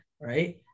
right